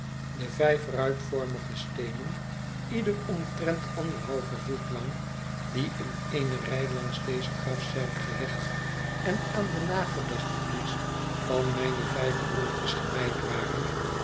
de vijf ruitvormige steenen ieder omtrent anderhalf voet lang die in eene rij langs deze grafzerk gelegd en aan de nagedachtenis van mgne vijf broertjes gewijd waren